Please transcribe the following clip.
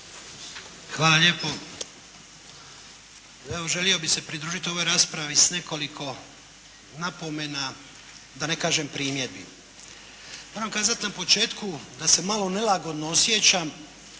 Hvala lijepo. Evo, želio bih se pridružiti ovoj raspravi sa nekoliko napomena, da ne kažem primjedbi. Moram kazati na početku da se malo nelagodno osjećam